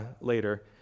later